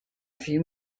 few